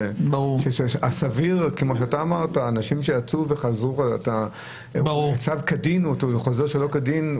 למשל אדם שחוזר כדין מול אדם שלא חוזר כדין.